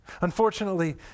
Unfortunately